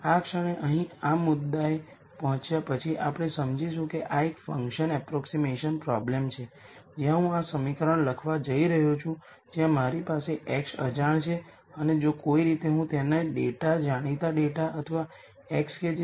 અને આપણે પહેલાની સ્લાઇડથી જાણીએ છીએ મેં ઉલ્લેખ કર્યો છે કે સિમેટ્રિક મેટ્રિક્સનું આઇગન વૅલ્યુઝ રીયલ છે જો સિમેટ્રિક મેટ્રિક્સ પણ આ ફોર્મ અથવા આ ફોર્મ લે છે